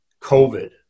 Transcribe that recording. COVID